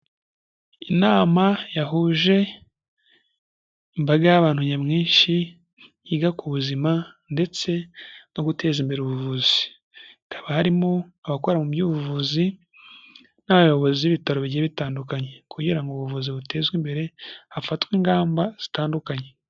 Inama yahuje imbaga y'abantu nyamwinshi, yiga ku buzima ndetse no guteza imbere ubuvuzi. Hakaba harimo abakora mu by'ubuvuzi n'abayobozi b'ibitaro bigiye bitandukanye kugira ngo ubuvuzi butezwe imbere hafatwe ingamba zigiye zitandukanye.